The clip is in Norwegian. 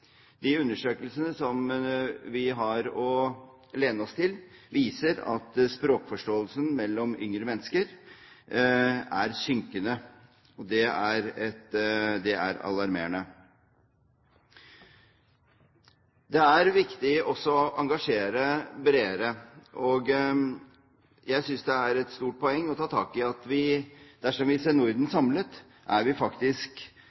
De undersøkelsene vi har å lene oss til, viser at språkforståelsen mellom yngre mennesker er synkende, og det er alarmerende. Det er viktig også å engasjere bredere, og jeg synes det er et stort poeng å ta tak i at vi, dersom vi ser Norden samlet, faktisk